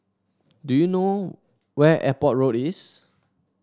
do you know where Airport Road is